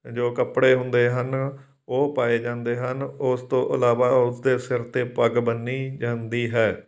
ਜੋ ਕੱਪੜੇ ਹੁੰਦੇ ਹਨ ਉਹ ਪਾਏ ਜਾਂਦੇ ਹਨ ਉਸ ਤੋਂ ਇਲਾਵਾ ਉਸਦੇ ਸਿਰ 'ਤੇ ਪੱਗ ਬੰਨ੍ਹੀ ਜਾਂਦੀ ਹੈ